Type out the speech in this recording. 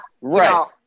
Right